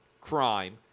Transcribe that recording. crime